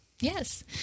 Yes